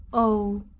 oh,